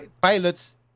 pilots